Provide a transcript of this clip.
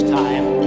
time